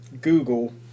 Google